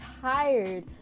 tired